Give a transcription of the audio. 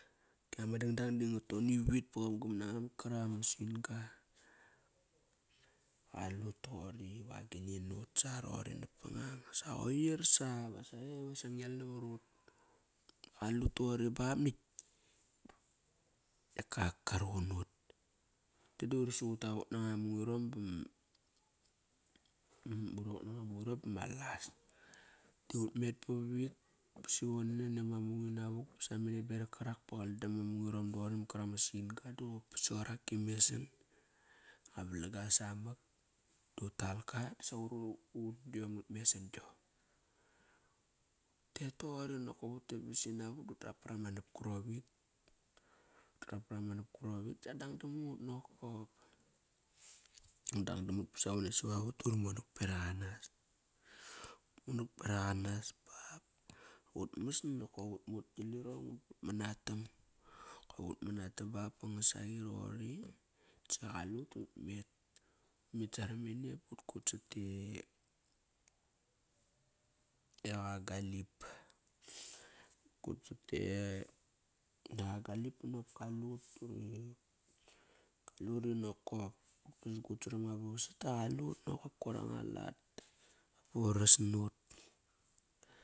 Kiama dangdang da nga ton ivit ba qamgam nanga mat karak ama sin-ga. Qalut toqori vagini nut sa roqori napang ngang as sa qoir sa vasa ee va ngel navarut. Qalut toqori bap nakt e kak karuqun nut. Rote durusuqut ta wok nanga mungirom bama las. Di ut met pavit ba sivone nani ama mung inavuk samamene berak karak ba qaldam ma mungirom doqori mat karak ama sin-ga da vasa qarak e mesan. Qa valang ga samak, dut talka sa uru utidom ut mesan giom. Utet toqori nokop utet ba sinavuk dut trap par ama nap karop vit, ut trap para ma nap karovit sa dangdam mut nokop. Dangdam mut ba savone savavat, duri monak bevaq anas. Uri monak bevaq anas ba ba utmas nat utmu ut gilirong, ut manatam. Kop utmanatam ba ba ngasaqe roqori dasa qalut ut met. Ut met saram mene but kut sate. Eqa galip. Ut kutsat e yak a galip banop kaliut uri. Kaluri nakop. Urit kut saram nga ba vasat da qalut nokop. Koir anga lat. Ba varas nut.